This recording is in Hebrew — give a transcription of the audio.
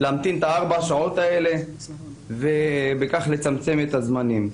להמתין 4 שעות ובכך לצמצם את הזמנים.